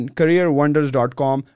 careerwonders.com